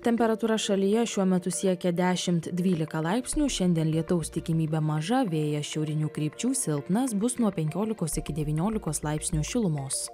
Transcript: temperatūra šalyje šiuo metu siekia dešimt dvylika laipsnių šiandien lietaus tikimybė maža vėjas šiaurinių krypčių silpnas bus nuo penkiolikos iki devyniolikos laipsnių šilumos